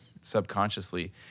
subconsciously